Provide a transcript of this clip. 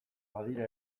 badira